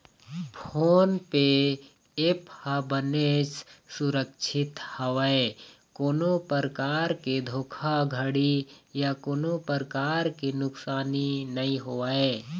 phone पे app ह बनेच सुरक्छित हवय कोनो परकार के धोखाघड़ी या कोनो परकार के नुकसानी नइ होवय